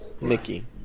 Mickey